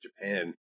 japan